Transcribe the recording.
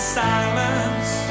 silence